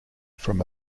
from